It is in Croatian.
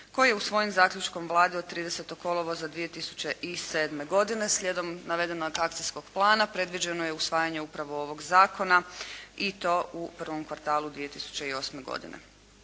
koji je usvojen zaključkom Vlade od 30. kolovoza 2007. godine. Slijedom navedenog akcijskog plana predviđeno je usvajanje upravo ovog zakona i to u prvom kvartalu 2008. godine.